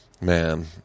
Man